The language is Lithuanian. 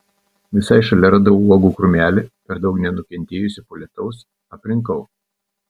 visai šalia radau uogų krūmelį per daug nenukentėjusį po lietaus aprinkau